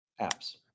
Apps